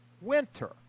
Winter